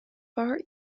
far